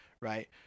Right